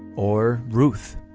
or ruth.